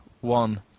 one